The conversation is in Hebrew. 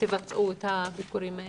תבצעו את הביקורים האלה?